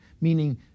meaning